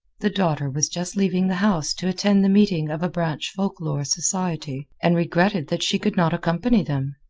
the daughter was just leaving the house to attend the meeting of a branch folk lore society, and regretted that she could not accompany them.